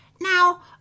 Now